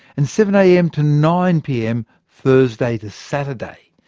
and seven am to nine pm, thursday to saturday.